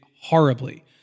horribly